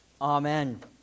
Amen